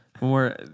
more